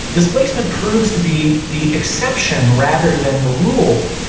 displacement proves to be the exception rather than the rule.